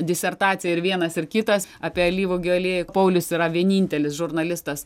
disertaciją ir vienas ir kitas apie alyvuogių aliejų paulius yra vienintelis žurnalistas